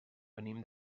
venim